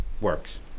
works